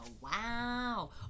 wow